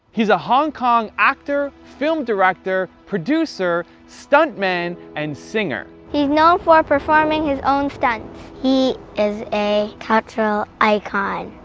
he's a hong kong actor, film director, producer, stunt man, and singer. he's known for performing his own stunts. he is a cultural icon.